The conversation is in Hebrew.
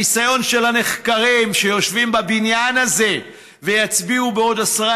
הניסיון של הנחקרים שיושבים בבניין הזה ויצביעו בעוד עשרה